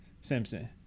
Simpson